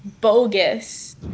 bogus